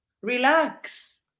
relax